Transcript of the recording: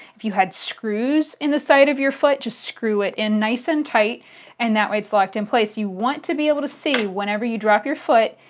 if you have screws in the side of your foot just screw it in nice and tight and that way it's locked in place. you want to be able to see, whenever you drop your foot,